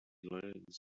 learns